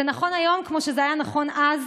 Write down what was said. זה נכון היום כמו שזה היה נכון אז.